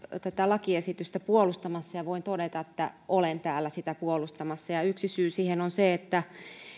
tätä lakiesitystä puolustamassa ja voin todeta että olen täällä sitä puolustamassa yksi syy siihen on se että